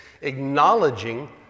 acknowledging